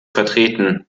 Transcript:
vertreten